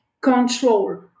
control